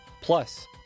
plus